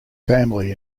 family